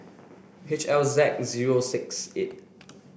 H L Z zero six eight